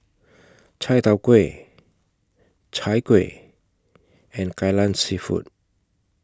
Chai Tow Kuay Chai Kuih and Kai Lan Seafood